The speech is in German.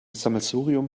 sammelsurium